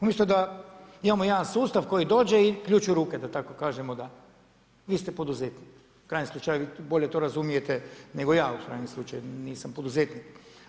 Umjesto da imamo jedan sustav koji dođe i ključ u ruke da tako kažemo, vi ste poduzeti, u krajnjem slučaju vi bolje to razumijete nego ja u krajnjem slučaju, nisam poduzetnik.